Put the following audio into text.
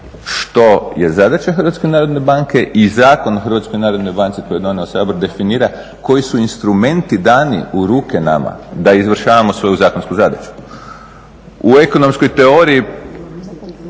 što je zadaća HNB-a i Zakon o HNB-u koji je donio Sabor definira koji su instrumenti dani u ruke nama da izvršavamo svoju zakonsku zadaću. U ekonomskoj teoriji